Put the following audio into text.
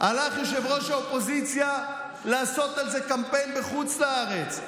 הלך ראש האופוזיציה לעשות על זה קמפיין בחוץ לארץ,